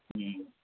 हँ